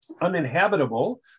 uninhabitable